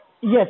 Yes